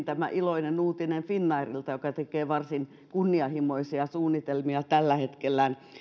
tämä iloinen uutinen finnairilta joka tekee varsin kunnianhimoisia suunnitelmia tällä hetkellä